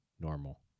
normal